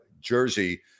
jersey